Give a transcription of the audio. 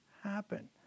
happen